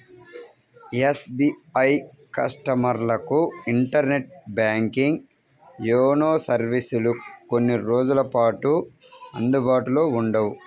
SBI కస్టమర్లకు internet banking, YONO సర్వీసులు కొన్ని రోజుల పాటు అందుబాటులో ఉండవు